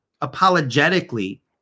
apologetically